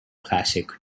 classic